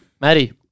Maddie